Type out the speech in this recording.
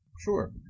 Sure